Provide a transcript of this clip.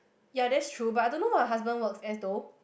ya that's true but I don't know what her husband works as though